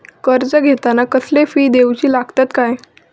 कर्ज घेताना कसले फी दिऊचे लागतत काय?